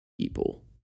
people